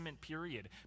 period